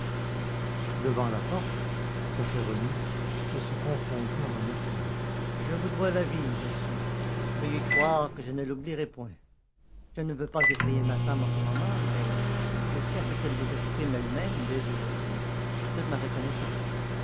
devant la porte tout à fait remis il se confondit en remerciements je vous dois la vie monsieur veuillez croire que je ne l'oublierai point je ne veux pas effrayer ma femme en ce moment mais je tiens à ce qu'elle vous exprime elle-même dès aujourd'hui toute ma reconnaissance